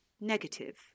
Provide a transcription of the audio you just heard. negative